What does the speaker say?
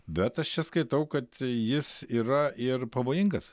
bet aš čia skaitau kad jis yra ir pavojingas